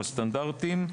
או הסטנדרטים,